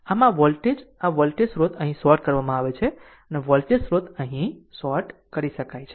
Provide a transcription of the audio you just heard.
આમ આ વોલ્ટેજ આ વોલ્ટેજ સ્રોત અહીં શોર્ટ કરવામાં આવે છે વોલ્ટેજ સ્ત્રોત અહીં શોર્ટ કરી શકાય છે